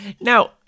Now